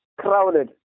Crowded